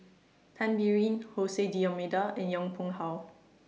Tan Biyun Jose D'almeida and Yong Pung How